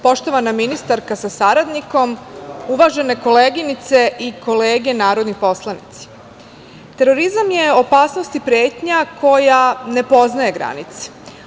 Poštovana ministarka sa saradnikom, uvažene koleginice i kolege narodni poslanici, terorizam je opasnost i pretnja koja ne poznaje granice.